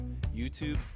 YouTube